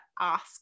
ask